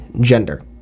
gender